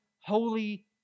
holy